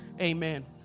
amen